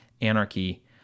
anarchy